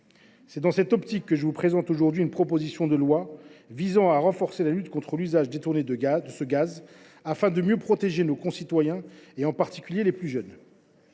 C’est dans cette optique que je vous présente aujourd’hui la proposition de loi visant à renforcer la lutte contre l’usage détourné de ce gaz, afin de mieux protéger nos concitoyens, en particulier les plus jeunes.